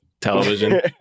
television